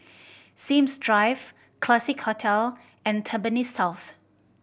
Sims Drive Classique Hotel and Tampines South